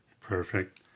Perfect